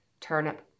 turnip